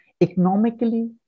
Economically